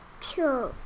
Two